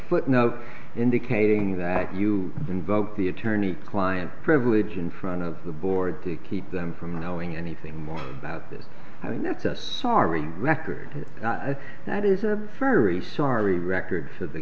footnote indicating that you invoke the attorney client privilege in front of the board to keep them from knowing anything more about this i mean it's us sorry record that is a very sorry record of the